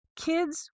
Kids